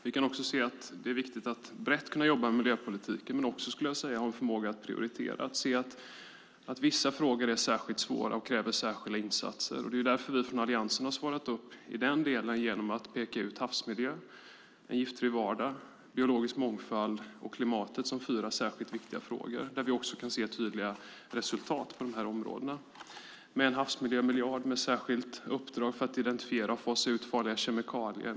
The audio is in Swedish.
Vi kan också se att det är viktigt att brett kunna jobba med miljöpolitiken men också ha en förmåga att prioritera och se att vissa frågor är särskilt svåra och kräver särskilda insatser. Det är därför som vi från Alliansen har svarat upp i den delen genom att peka ut havsmiljö, en giftfri vardag, biologisk mångfald och klimatet som fyra särskilt viktiga frågor. Vi kan också se tydliga resultat på de områdena. Vi har en havsmiljömiljard och ett särskilt uppdrag för att identifiera och fasa ut farliga kemikalier.